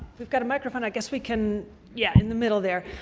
we've got a microphone. i guess we can yeah in the middle there.